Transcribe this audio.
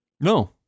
No